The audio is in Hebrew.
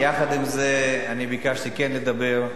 יחד עם זה, אני ביקשתי כן לדבר.